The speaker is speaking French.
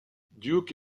duke